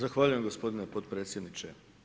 Zahvaljujem gospodine potpredsjedniče.